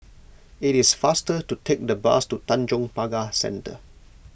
it is faster to take the bus to Tanjong Pagar Centre